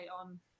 on